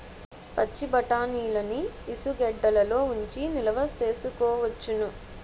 పచ్చిబఠాణీలని ఇసుగెడ్డలలో ఉంచి నిలవ సేసుకోవచ్చును